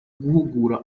guhugura